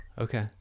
Okay